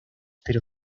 pero